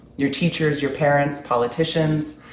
your teachers, your parents, politicians,